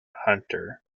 hunter